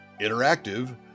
Interactive